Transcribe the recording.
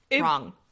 wrong